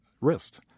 wrist